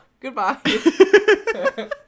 goodbye